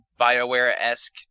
Bioware-esque